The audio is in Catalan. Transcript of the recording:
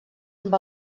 amb